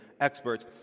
experts